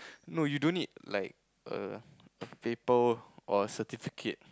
no you don't need like a paper or a certificate